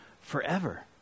forever